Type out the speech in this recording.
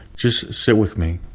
just sit with me